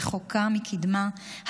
רחוקה מקדמה,